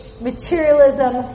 materialism